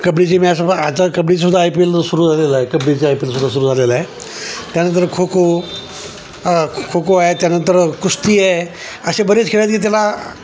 कबड्डीची मॅचसुद्धा आता कबड्डीसुद्धा आय पी एल सुरू झालेला आहे कबड्डीचा आय पी एलसुद्धा सुरु झालेला आहे त्यानंतर खो खो खो खो आहे त्यानंतर कुस्ती आहे असे बरेच खेळ आहेत की त्याला